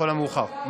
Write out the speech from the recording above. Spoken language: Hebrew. לכל המאוחר.